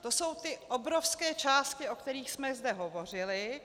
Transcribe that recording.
To jsou ty obrovské částky, o kterých jsme zde hovořili.